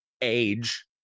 age